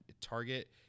Target